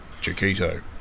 Chiquito